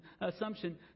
assumption